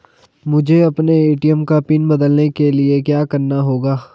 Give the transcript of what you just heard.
मुझे अपने ए.टी.एम का पिन बदलने के लिए क्या करना होगा?